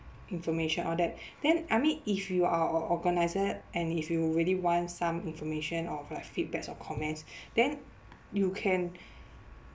information all that then I mean if you are or organiser and if you really want some information of like feedbacks or comments then you can